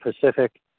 Pacific